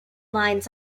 lines